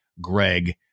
Greg